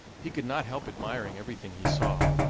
he could not help admiring everything he saw,